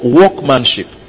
workmanship